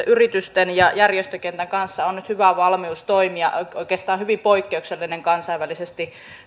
yritysten ja järjestökentän kanssa on nyt hyvä valmius toimia oikeastaan hyvin poikkeuksellinen kansainvälisesti